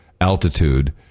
altitude